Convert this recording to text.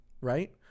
Right